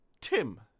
tim